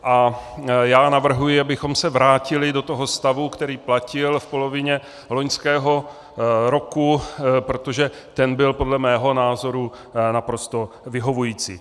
A já navrhuji, abychom se vrátili do toho stavu, který platil v polovině loňského roku, protože ten byl podle mého názoru naprosto vyhovující.